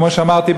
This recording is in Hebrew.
כמו שאמרתי,